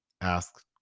ask